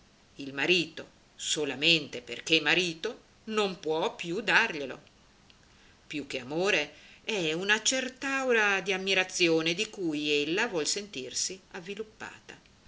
il marito solamente perché marito non può più darglielo più che amore è una cert'aura di ammirazione di cui ella vuol sentirsi avviluppata